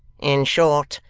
in short,